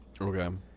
Okay